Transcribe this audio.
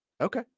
Okay